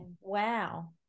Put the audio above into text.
Wow